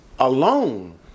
Alone